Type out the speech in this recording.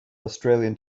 australian